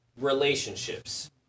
relationships